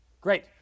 Great